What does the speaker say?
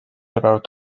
about